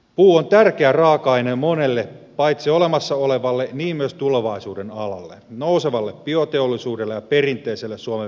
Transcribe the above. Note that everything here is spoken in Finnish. puu on tärkeä raaka aine monelle alalle paitsi olemassa oleville myös tulevaisuuden aloille nousevalle bioteollisuu delle ja perinteiselle suomen vientiteollisuudelle